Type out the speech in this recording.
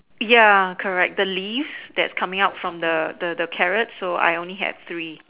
ya correct the leaves that's coming out from the the carrot so I only have three